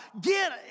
get